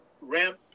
ramp